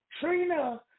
Trina